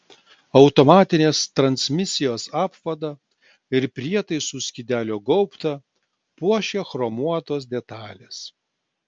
automatinės transmisijos apvadą ir prietaisų skydelio gaubtą puošia chromuotos detalės